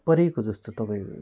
परेको जस्तो तपाईँको